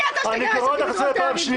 מי אתה שתגרש אותי מדרום תל אביב?